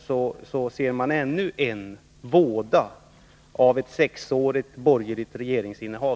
På denna punkt ser man ännu en våda av ett sexårigt borgerligt regeringsinnehav.